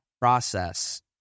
process